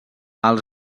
els